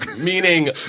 Meaning